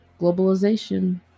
Globalization